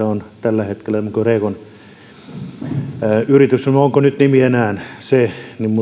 on tällä hetkellä rego niminen yritys no onko nyt nimi enää se